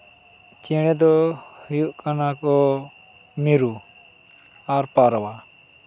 ᱪᱮᱬᱮ ᱫᱚ ᱦᱩᱭᱩᱜ ᱠᱟᱱᱟᱠᱚ ᱢᱤᱨᱩ ᱟᱨ ᱯᱟᱨᱣᱟ